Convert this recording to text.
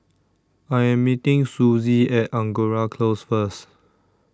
I Am meeting Susie At Angora Close First